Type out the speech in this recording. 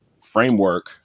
framework